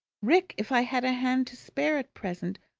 rick, if i had a hand to spare at present,